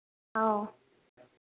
ꯑꯥꯎ